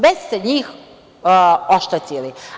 Već ste njih oštetili.